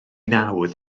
nawdd